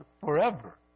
forever